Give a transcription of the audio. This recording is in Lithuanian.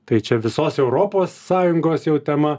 tai čia visos europos sąjungos jau tema